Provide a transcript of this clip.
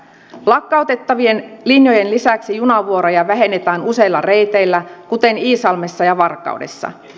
lakkautettavien linjojen lisäksi junavuoroja vähennetään useilla reiteillä kuten iisalmessa ja varkaudessa